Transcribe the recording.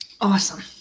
Awesome